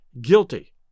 guilty